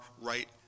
right